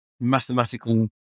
mathematical